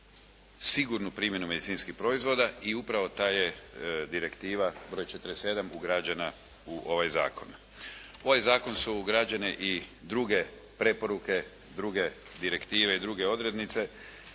sigurno primjenu medicinskih proizvoda i upravo ta je Direktiva broj 47. ugrađena u ovaj zakon. U ovaj zakon su ugrađene i druge preporuke, druge direktive i druge odrednice